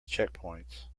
checkpoints